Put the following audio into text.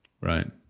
Right